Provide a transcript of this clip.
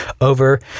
over